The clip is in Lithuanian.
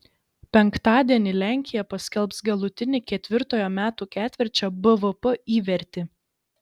penktadienį lenkija paskelbs galutinį ketvirtojo metų ketvirčio bvp įvertį